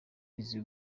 izi